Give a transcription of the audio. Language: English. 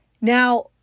Now